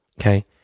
Okay